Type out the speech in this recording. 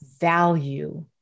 value